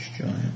giant